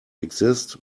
exist